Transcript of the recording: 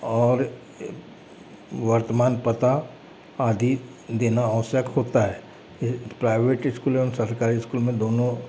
और वर्तमान पता आदि देना आवश्यक होता है ये प्राइवेट स्कूल एवं सरकारी स्कूलों में दोनों